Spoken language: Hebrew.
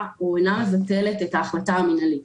או אינה מבטלת את ההחלטה המינהלית.